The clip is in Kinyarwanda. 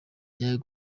young